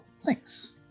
Thanks